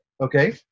Okay